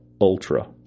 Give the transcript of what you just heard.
Ultra